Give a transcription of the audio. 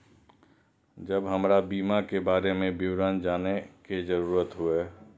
जब हमरा बीमा के बारे में विवरण जाने के जरूरत हुए?